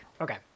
Okay